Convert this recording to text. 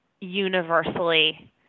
universally